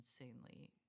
insanely